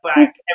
back